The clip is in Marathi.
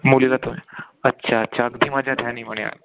मुली जातोय अच्छा अच्छा अगदी माझ्या ध्यानीमनी आलं